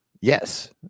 Yes